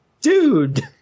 dude